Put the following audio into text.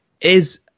is-